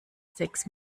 sechs